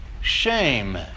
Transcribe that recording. shame